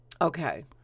Okay